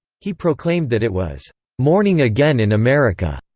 he proclaimed that it was morning again in america,